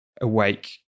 awake